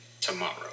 tomorrow